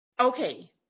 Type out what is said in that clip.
Okay